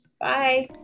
Bye